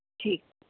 ਠੀਕ